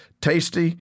tasty